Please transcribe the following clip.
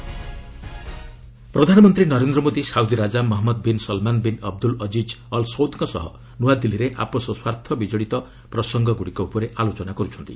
PM Saudi crown prince ପ୍ରଧାନମନ୍ତ୍ରୀ Narendra Modi Saudi ରାଜା Mohammed bin Salman bin Abdul Aziz ଅଲସୌଦ୍ଙ୍କ ସହ ନୂଆଦିଲ୍ଲୀରେ ଆପୋଷ ସ୍ୱାର୍ଥ ବିଜଡ଼ିତ ପ୍ରସଙ୍ଗଗୁଡ଼ିକ ଉପରେ ଆଲୋଚନା କରୁଛନ୍ତି